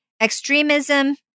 extremism